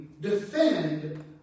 defend